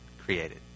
created